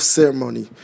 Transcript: Ceremony